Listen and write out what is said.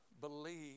believe